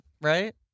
right